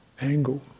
angle